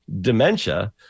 dementia